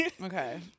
Okay